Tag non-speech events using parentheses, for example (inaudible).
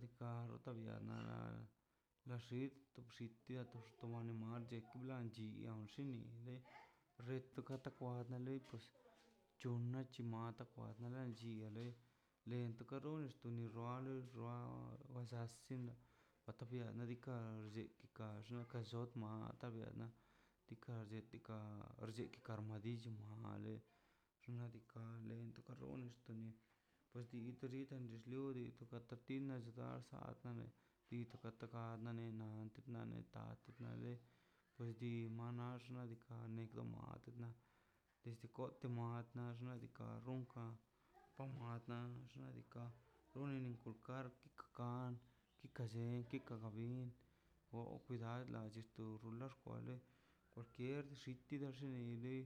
Diikaꞌ ota biganiaa (noise) la xid totxi to na (hesitation) madi chikulan chinchen nuxinin (hesitation) de ret toka ta kwande lei kos chon na chimata kwa na chinade lento kare tu ni xuale xua bazansido bata fia nadika xllikinkan nakan llot na ruale dika lletika archi chetika armadii chumale xnaꞌ diika' le vento karrone xukanie pues dika rika nluxe te tika tina llgasa ne tu tikatana na tek na neta no dade (noise) pues di nadex (unintelligible) xnaꞌ diikaꞌ ronkan pojand nadika gonan inkulkar kan tika nllen (hesitation) kaga bin kon cuidad lachirtu la da juale kwalkier xikida xinin de